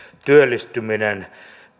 työllistyminen